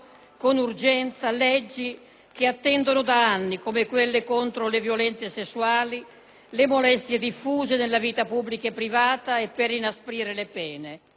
con urgenza, leggi che attendono da anni - come quelle contro le violenze sessuali e le molestie diffuse nella vita pubblica e privata o, ancora, quelle per